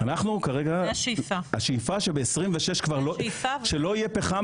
שב-2026 לא יהיה פחם